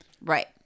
right